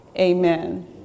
Amen